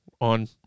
on